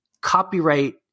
copyright-